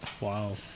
Wow